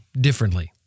differently